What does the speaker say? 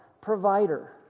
provider